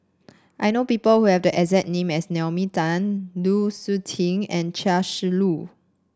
I know people who have the exact name as Naomi Tan Lu Suitin and Chia Shi Lu